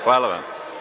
Hvala vam.